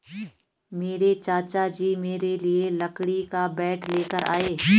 मेरे चाचा जी मेरे लिए लकड़ी का बैट लेकर आए